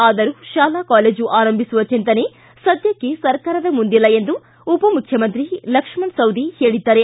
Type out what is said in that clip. ಆದರೂ ಶಾಲಾ ಕಾಲೇಜು ಆರಂಭಿಸುವ ಚಿಂತನೆ ಸದ್ಯಕ್ಕೆ ಸರ್ಕಾರದ ಮುಂದಿಲ್ಲ ಎಂದು ಉಪಮುಖ್ಯಮಂತ್ರಿ ಲಕ್ಷ್ಮಣ ಸವದಿ ಹೇಳಿದ್ದಾರೆ